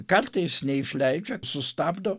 kartais neišleidžia sustabdo